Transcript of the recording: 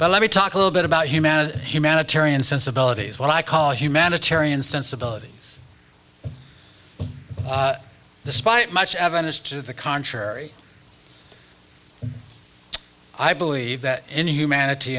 but let me talk a little bit about humanity humanitarian sensibilities what i call a humanitarian sensibility despite much evidence to the contrary i believe that any humanity